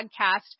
podcast